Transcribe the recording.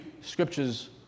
scriptures